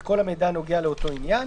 את כל המידע הנוגע לאותו עניין,